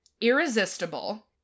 Irresistible